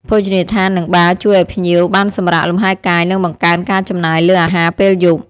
ភោជនីយដ្ឋាន និងបារជួយឱ្យភ្ញៀវបានសម្រាកលំហែកាយ និងបង្កើនការចំណាយលើអាហារពេលយប់។